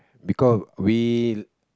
because we